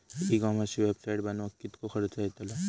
E कॉमर्सची website बनवक किततो खर्च येतलो?